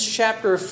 chapter